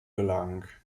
gelang